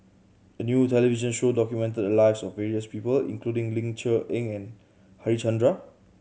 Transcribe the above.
a new television show documented the lives of various people including Ling Cher Eng and Harichandra